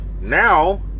Now